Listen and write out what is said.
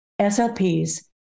SLPs